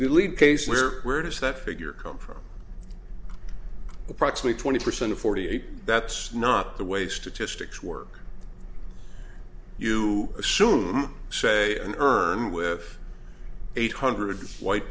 lead case where where does that figure come from approximate twenty percent or forty eight that's not the way statistics work you assume say an urn with eight hundred white